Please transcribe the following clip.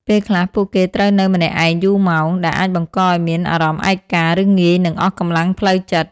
ពេលខ្លះ ពួកគេត្រូវនៅម្នាក់ឯងយូរម៉ោង ដែលអាចបង្កឲ្យមានអារម្មណ៍ឯកា ឬងាយនឹងអស់កម្លាំងផ្លូវចិត្ត។